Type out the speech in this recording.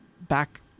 back